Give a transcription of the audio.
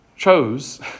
Chose